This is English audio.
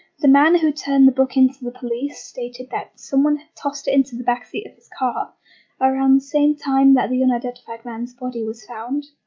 the man who turned the book in to the police stated that someone had tossed it into the back seat of his car around the same time that the unidentified man's body was found.